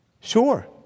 Sure